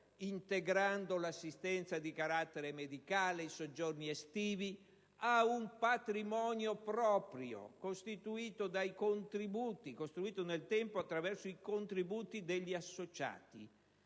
integrando l'assistenza di carattere medicale, i soggiorni estivi, ed ha un patrimonio proprio, costruito nel tempo attraverso i contributi degli associati.